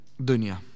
dunya